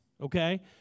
okay